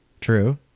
True